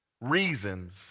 reasons